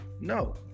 No